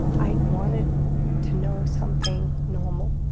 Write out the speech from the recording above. i wanted to know something normal.